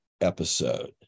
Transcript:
episode